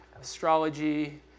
astrology